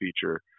feature